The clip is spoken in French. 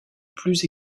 plus